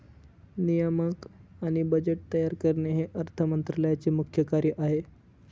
नियामक आणि बजेट तयार करणे हे अर्थ मंत्रालयाचे मुख्य कार्य आहे